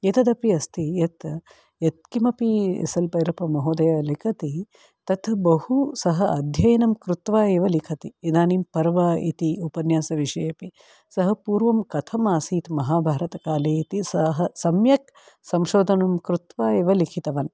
एतदपि अस्ति यत् यत् किमपि एस् एल् बैरप्पमहोदयः लिखति तत् बहु सः अध्ययनं कृत्वा एव लिखति इदानीं पर्व इति उपन्यास विषयेपि सः पूर्वं कथम् आसीत् महाभारतकाले इति सः सम्यक् संशोधनं कृत्वा एव लिखितवान्